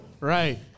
right